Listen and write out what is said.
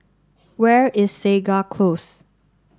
where is Segar Close